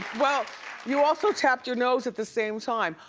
well you also tapped your nose at the same time.